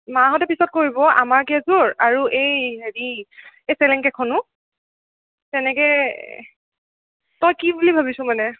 মাহঁতে পিছত কৰিব আমাৰ কেইযোৰ আৰু এই হেৰি এই চেলেং কেইখনো তেনেকে তই কি বুলি ভাবিছ মানে